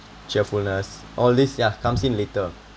cheerfulness all this yeah comes in later